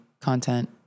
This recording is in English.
content